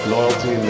Loyalty